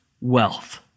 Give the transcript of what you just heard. wealth